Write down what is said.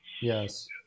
Yes